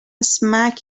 smack